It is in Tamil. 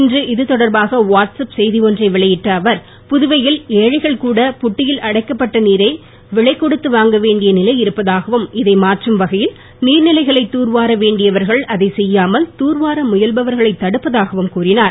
இன்று இதுதொடர்பாக வாட்ஸ்ஆப் செய்தி ஒன்றை வெளியிட்ட அவர் புதுவையில் ஏழைகள் கூட புட்டியில் அடைக்கப்பட்ட குடிநீரை விலை கொடுத்து வாங்க வேண்டிய நிலை இருப்பதாகவும் இதை மாற்றும் வகையில் நீர்நிலைகளை தூர் வார வேண்டியவர்கள் அதை செய்யாமல் தூர் வார முயல்பவர்களை தடுப்பதாகவும் கூறினார்